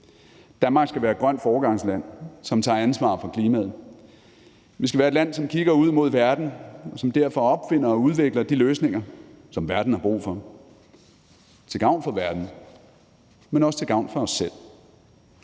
Danmark skal være et grønt foregangsland, som tager ansvar for klimaet. Vi skal være et land, som kigger ud mod verden, og som derfor opfinder og udvikler de løsninger, som verden har brug for, til gavn for verden, men også til gavn for os selv.